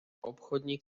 obchodník